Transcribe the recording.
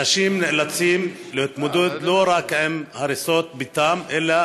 אנשים נאלצים להתמודד לא רק עם הריסות ביתם אלא